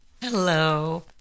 Hello